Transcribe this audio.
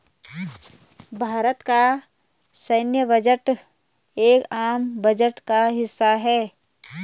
भारत का सैन्य बजट एक आम बजट का हिस्सा है